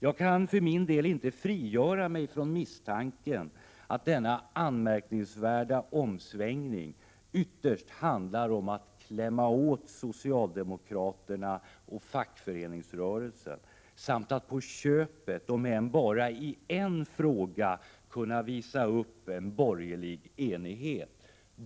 Jag kan för min del inte frigöra mig från misstanken att denna anmärkningsvärda omsvängning ytterst handlar om att ”klämma åt” socialdemokraterna och fackföreningsrörelsen samt att på köpet — om än bara i en fråga — få möjlighet att visa upp en borgerlig enighet.